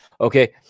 Okay